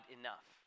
enough